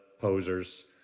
posers